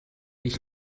ich